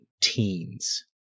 teens